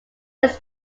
its